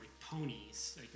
ponies